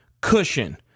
cushion